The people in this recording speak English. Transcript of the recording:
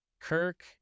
Kirk